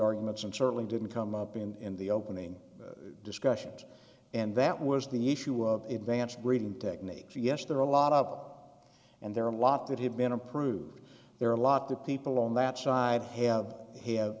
arguments and certainly didn't come up in the opening discussions and that was the issue of advanced reading technique so yes there are a lot of and there are a lot that have been approved there are a lot of people on that side have